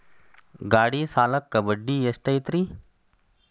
ಗಾಡಿ ಸಾಲಕ್ಕ ಬಡ್ಡಿ ಎಷ್ಟೈತ್ರಿ?